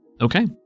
Okay